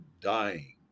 dying